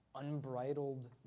unbridled